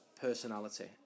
personality